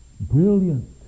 brilliant